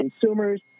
consumers